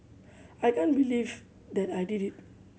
I can't believe that I did it